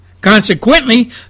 Consequently